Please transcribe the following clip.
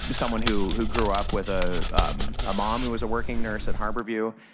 but someone who who grew up with ah a mom who was a working nurse at harborview,